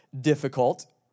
difficult